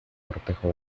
cortejo